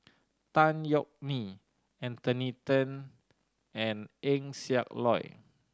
Tan Yeok Nee Anthony Then and Eng Siak Loy